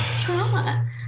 trauma